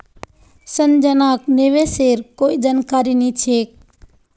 संजनाक निवेशेर कोई जानकारी नी छेक